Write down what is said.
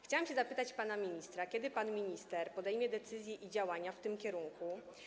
Chciałam się zapytać pana ministra: Kiedy pan minister podejmie decyzję i działania w tym kierunku?